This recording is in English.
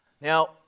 Now